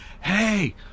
hey